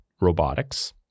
Robotics